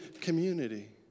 community